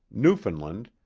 newfoundland,